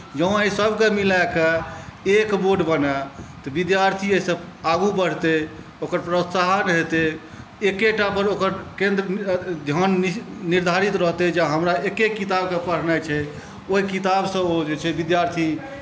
जँ एहिसभकेँ मिलाके एक बोर्ड बनै तऽ विद्यार्थी एहिसँ आगू बढ़तै ओकर प्रोत्साहन हेतै एकेटा पर ओकर ध्यान निर्धारित रहतै जे हमरा एके किताबकेँ पढ़नाइ छै ओहि किताबसँ जे छै से ओ विद्यार्थी